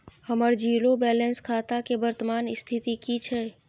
हमर zero balance खाता के वर्तमान स्थिति की छै?